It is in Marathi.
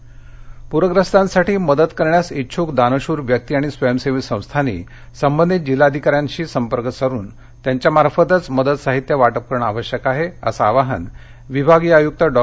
मदत साहित्य वाटप प्रग्रस्तांसाठी मदत करण्यास इच्छुक दानशूर व्यक्ती आणि स्वयंसेवी सस्थांनी संबंधित जिल्हाधिकाऱ्यांशी संपर्क करुन त्यांच्यामार्फतच मदत साहित्य वाटप करणे आवश्यक आहे असं आवाहन विभागीय आयुक्त डॉ